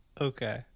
Okay